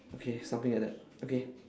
okay something like that okay